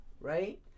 Right